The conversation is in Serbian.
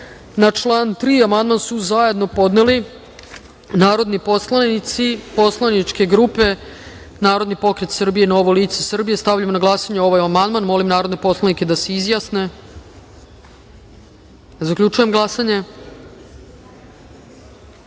član 3. amandman su zajedno podneli narodni poslanici poslaničke grupe Narodni pokret Srbije - Novo lice Srbije. Stavljam na glasanje ovaj amandman. Molim narodne poslanike da se izjasne. Zaključujem glasanje: